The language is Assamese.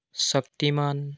শক্তিমান